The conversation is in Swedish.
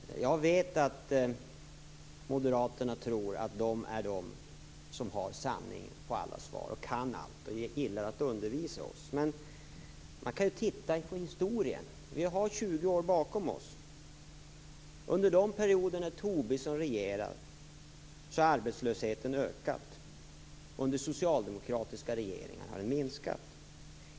Fru talman! Jag vet att moderaterna tror att de är de som har svaren på alla frågor och kan allt. De gillar att undervisa oss. Man kan ju titta på historien 20 år bakom oss. Under de perioder när Tobisson har regerat har arbetslösheten ökat. Under socialdemokratiska regeringar har den minskat.